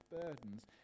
burdens